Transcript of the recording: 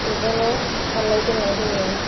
बेजोंनो गाननाय जोमनाय होयो